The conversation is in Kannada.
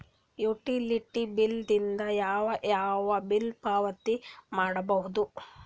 ಯುಟಿಲಿಟಿ ಬಿಲ್ ದಿಂದ ಯಾವ ಯಾವ ಬಿಲ್ ಪಾವತಿ ಮಾಡಬಹುದು?